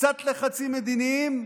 קצת לחצים מדיניים,